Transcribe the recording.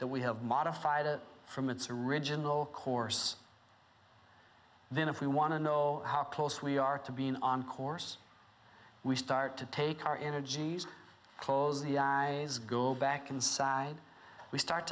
have modified it from its original course then if we want to know how close we are to being on course we start to take our energies close the eyes go back inside we start